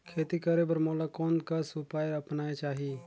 खेती करे बर मोला कोन कस उपाय अपनाये चाही?